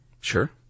Sure